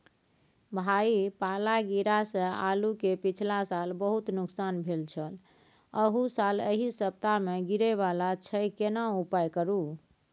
भाई पाला गिरा से आलू के पिछला साल बहुत नुकसान भेल छल अहू साल एहि सप्ताह में गिरे वाला छैय केना उपाय करू?